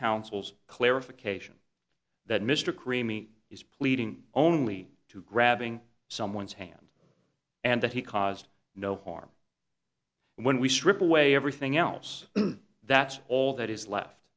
scoundrel's clarification that mr creaming is pleading only to grabbing someone's hand and that he caused no harm when we strip away everything else that's all that is left